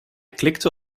klikte